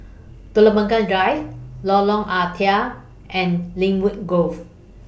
Telok Blangah Drive Lorong Ah Thia and Lynwood Grove